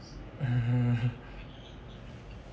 um